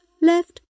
left